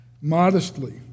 modestly